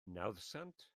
nawddsant